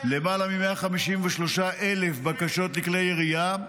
למעלה מ-153,000 בקשות לכלי ירייה,